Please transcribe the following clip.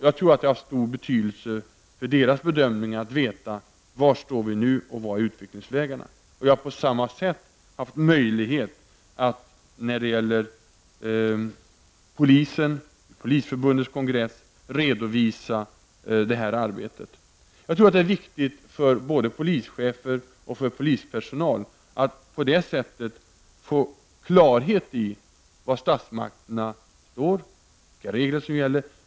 Jag tror att det har stor betydelse för deras bedömning att veta var vi står nu och vad som är utvecklingsvägarna. Jag har också haft möjlighet att på Polisförbundets kongress redovisa det här arbetet. Jag tror att det är viktigt för både polischefer och polispersonal att man på det sättet får klarhet i frågor om var statsmakterna står och vilka regler som gäller.